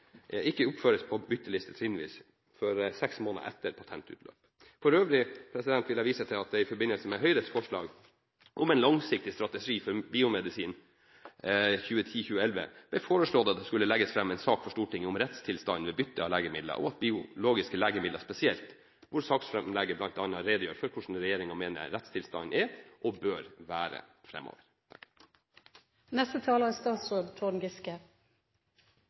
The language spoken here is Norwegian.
ikke oppføres på bytteliste/trinnpris før seks måneder etter patentutløp. Forøvrig vil jeg vise til at det i forbindelse med Høyres forslag om en langsiktig strategi for biomedisin, Dokument 8:48 S for 2010–2011, ble foreslått at det skulle legges fram en sak for Stortinget om rettstilstanden ved bytte av legemidler – biologiske legemidler spesielt – hvor saksframlegget bl.a. redegjør for hvordan regjeringen mener rettstilstanden er, og bør være,